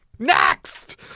Next